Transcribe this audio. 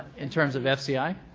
in terms of fci?